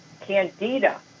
candida